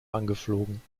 angeflogen